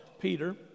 peter